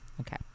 Okay